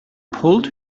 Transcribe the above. pulled